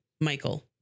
Michael